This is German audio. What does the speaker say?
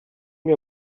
wir